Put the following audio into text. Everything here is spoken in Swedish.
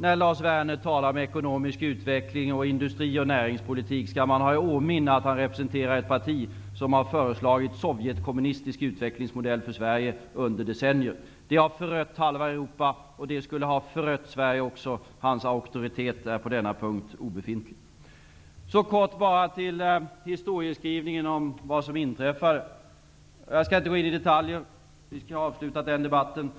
När Lars Werner talar om ekonomisk utveckling, industri och näringspolitik skall man ha i åtanke att han representerar ett parti som under decennier har föreslagit Sovjetkommunistisk utvecklingsmodell för Sverige. Denna modell har förött halva Europa, och den skulle ha förött Sverige också. Hans auktoritet är på denna punkt obefintlig. Jag vill kort beröra historieskrivningen om vad som inträffade. Jag skall inte gå in i detaljer, för vi har avslutat den debatten.